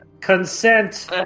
consent